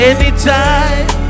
Anytime